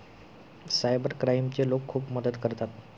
cyber क्राईमचे लोक खूप मदत करतात